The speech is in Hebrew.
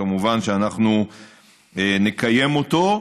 כמובן שאנחנו נקיים אותו.